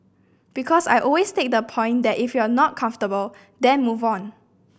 because I always take the point that if you're not comfortable then move on